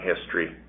history